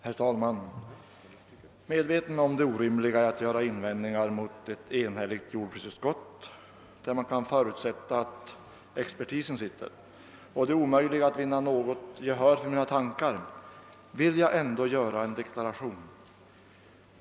Herr talman! Medveten om det orimliga i att göra invändningar mot ett enhälligt jordbruksutskott — där man kan förutsätta att expertisen sitter — och det omöjliga i att vinna något gehör för mina tankar vill jag ändå göra en deklaration.